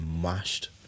mashed